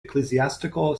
ecclesiastical